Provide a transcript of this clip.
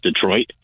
Detroit